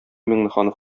миңнеханов